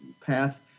path